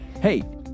Hey